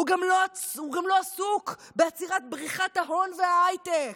הוא גם לא עסוק בעצירת בריחת ההון וההייטק.